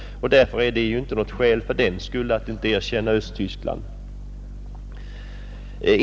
Diktatur är alltså inte något skäl till att inte erkänna Östtyskland.